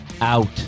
out